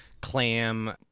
Clam